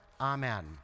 Amen